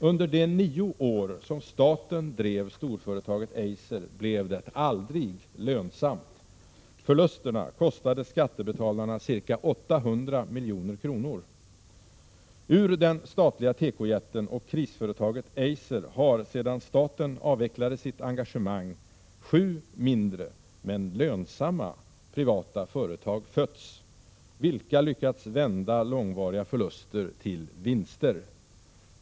Under de nio år som staten drev storföretaget Eiser blev det aldrig lönsamt. Förlusterna kostade skattebetalarna ca 800 milj.kr. Ur den statliga tekojätten och krisföretaget Eiser har, sedan staten avvecklat sitt engagemang, sju mindre men lönsamma privata företag fötts, vilka lyckats vända långvariga förluster till vinster.